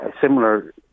similar